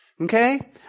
Okay